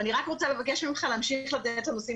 ואני רק רוצה לבקש ממך להמשיך לתת לנושאים